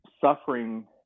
suffering